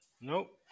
Nope